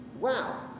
wow